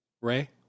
Ray